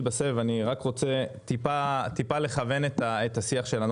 בסבב אני רוצה טיפה לכוון את השיח שלנו.